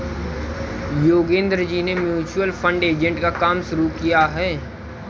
योगेंद्र जी ने mutual fund agent का काम शुरू किया है